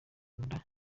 nda